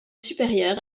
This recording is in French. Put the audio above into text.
supérieur